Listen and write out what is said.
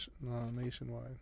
nationwide